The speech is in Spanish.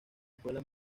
escuela